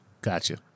Gotcha